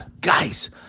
Guys